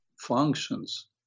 functions